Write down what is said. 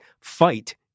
fight